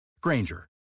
Granger